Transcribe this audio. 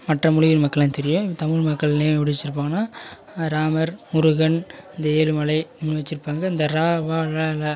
மற்ற மொழிகள் மக்களான்னு தெரியும் தமிழ் மக்கள் நேம் எப்டி வெச்சிருப்பாங்கன்னா ராமர் முருகன் இந்த ஏழுமலை ம்ன்னு வெச்சிருப்பாங்க இந்த ர வ ழ ல